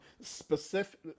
specific